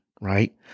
right